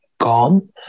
gone